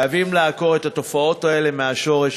חייבים לעקור את התופעות האלה מהשורש.